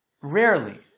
rarely